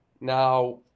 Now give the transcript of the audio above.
Now